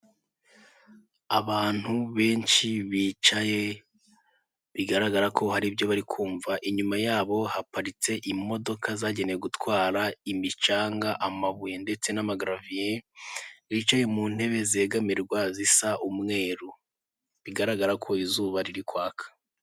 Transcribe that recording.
Abantu benshi bicaye bigaragara ko hari ibyo bari kumva, inyuma yabo haparitse imodoka zagenewe gutwara imicanga amabuye ndetse n'amagaraviye bicaye mu ntebe zegamirwa zisa umweru bigaragara ko izuba riri kwaka .